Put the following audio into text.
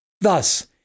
Thus